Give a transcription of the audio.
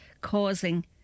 causing